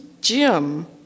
Jim